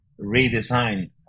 redesign